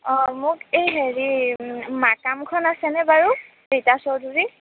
অঁ মোক এই হেৰি মাকামখন আছেনে বাৰু ৰীতা চৌধুৰীৰ